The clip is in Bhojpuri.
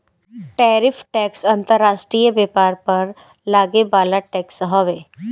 टैरिफ टैक्स अंतर्राष्ट्रीय व्यापार पर लागे वाला टैक्स हवे